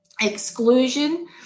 exclusion